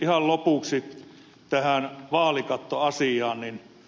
ihan lopuksi tähän vaalirahoituskattoasiaan